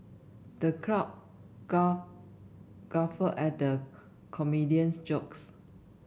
the crowd guff guffawed at the comedian's jokes